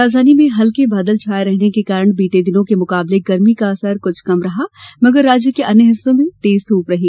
राजधानी में हल्के बादल छाये रहने के कारण बीते दिनों के मुकाबले गर्मी का असर कृछ कम रहा मगर राज्य के अन्य हिस्सों में तेज ध्य रही